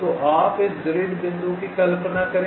तो आप इस ग्रिड बिंदु की कल्पना करें